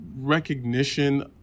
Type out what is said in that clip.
recognition